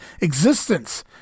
existence